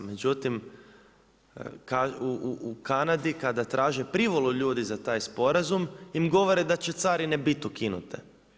Međutim, u Kanadi kada traže privolu ljudi za taj sporazum im govore da će carine biti ukinute.